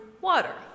water